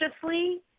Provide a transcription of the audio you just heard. consciously